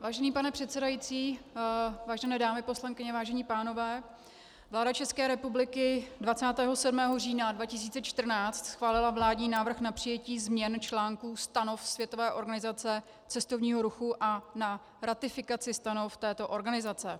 Vážený pane předsedající, vážené dámy poslankyně, vážení pánové, vláda České republiky 27. října 2014 schválila vládní návrh na přijetí změn článků Stanov Světové organizace cestovního ruchu a na ratifikaci stanov této organizace.